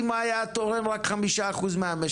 אם הוא היה תורם רק 5% מהמשק,